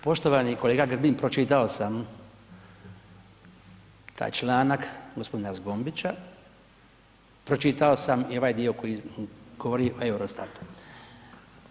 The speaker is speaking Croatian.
Poštovani kolega Grbin pročitao sam taj članak gospodina Zgombića, pročitao sam i ovaj dio koji govori o EUROSTAT-u.